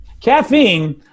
caffeine